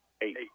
eight